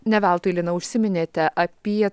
ne veltui lina užsiminėte apie